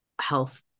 health